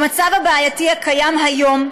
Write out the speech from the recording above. במצב הבעייתי הקיים היום,